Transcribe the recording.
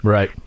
Right